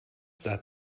sah